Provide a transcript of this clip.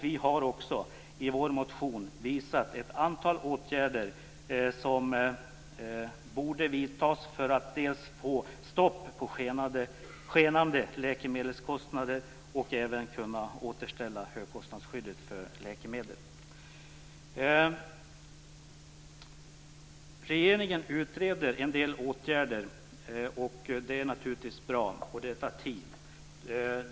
Vi har också i vår motion visat ett antal åtgärder som borde vidtas för att dels få stopp på skenande läkemedelskostnader, dels återställa högkostnadsskyddet för läkemedel. Regeringen utreder en del åtgärder. Det är naturligtvis bra, och det tar tid.